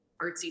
artsy